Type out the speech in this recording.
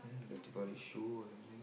the Deepavali show or something